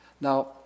Now